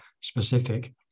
specific